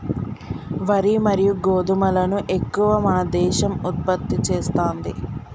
వరి మరియు గోధుమలను ఎక్కువ మన దేశం ఉత్పత్తి చేస్తాంది